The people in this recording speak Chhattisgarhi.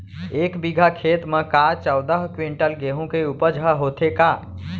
एक बीघा खेत म का चौदह क्विंटल गेहूँ के उपज ह होथे का?